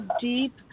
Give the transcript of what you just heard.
deep